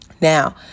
Now